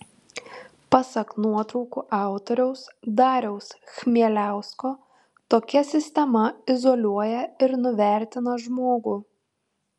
pasak nuotraukų autoriaus dariaus chmieliausko tokia sistema izoliuoja ir nuvertina žmogų